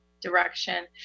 direction